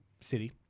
city